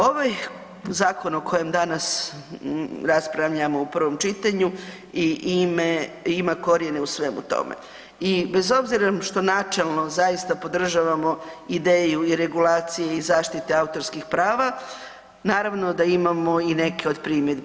Ovaj zakon o kojem danas raspravljamo u prvom čitanju i ima korijene u svemu tome i bez obzira što načelno zaista podržavamo ideju i regulacije i zaštite od autorskih prava, naravno da imamo i neke od primjedbi.